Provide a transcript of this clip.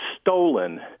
stolen